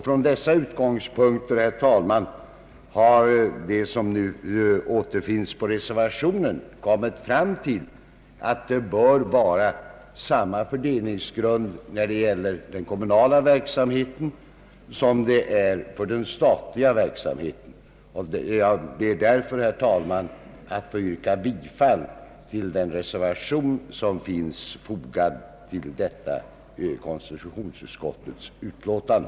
Från dessa utgångspunkter, herr talman, har de som nu återfinns på reservationen kommit till den uppfattningen att man bör tillämpa samma fördelningsgrunder när det gäller den kommunala verksamheten som för den statliga. Jag ber därför att få yrka bifall till den reservation som är fogad till konstitutionsutskottets utlåtande.